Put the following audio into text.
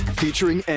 featuring